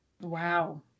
Wow